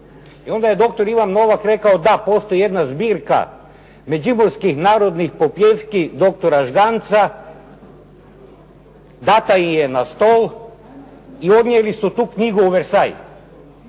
I onda je doktor Ivan Novak rekao, da postoji jedna zbirka međimurskih narodnih popijevki doktora Žganeca ... /Govornik se ne razumije./ ... i odnijeli su tu knjigu u Versaillesu.